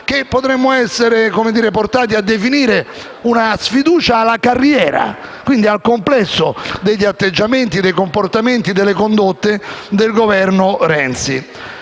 che potremmo essere portati a definire una sfiducia alla carriera e, quindi, al complesso degli atteggiamenti, dei comportamenti e delle condotte del Governo Renzi.